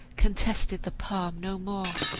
contested the palm no more,